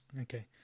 Okay